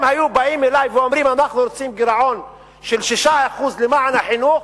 אם היו באים אלי ואומרים: אנחנו רוצים גירעון של 6% למען החינוך,